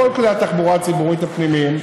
בכל כלי התחבורה הציבורית הפנימיים,